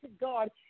God